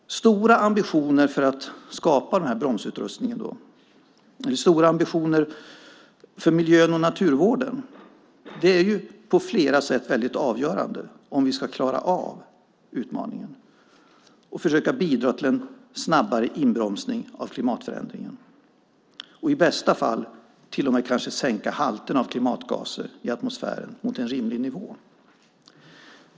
Stora ambitioner för miljö och naturvården är på flera sätt väldigt avgörande om vi ska klara av utmaningen och försöka bidra till en snabbare inbromsning av klimatförändringen och i bästa fall kanske till och med sänka halterna av klimatgaser i atmosfären till en rimlig nivå.